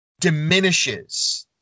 diminishes